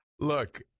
Look